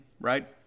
right